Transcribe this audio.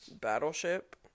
Battleship